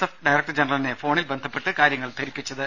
F director ജനറലിനെ ഫോണിൽ ബന്ധപ്പെട്ട് കാര്യങ്ങൾ ധരിപ്പിച്ചത്